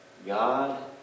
God